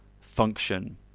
function